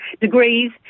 degrees